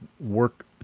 work